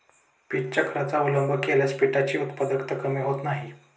पीक चक्राचा अवलंब केल्यास पिकांची उत्पादकता कमी होत नाही